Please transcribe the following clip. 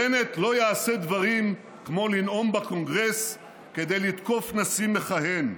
בנט לא יעשה דברים כמו לנאום בקונגרס כדי לתקוף נשיא מכהן.